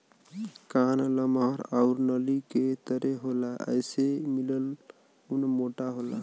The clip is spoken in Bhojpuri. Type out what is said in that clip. कान लमहर आउर नली के तरे होला एसे मिलल ऊन मोटा होला